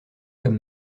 comme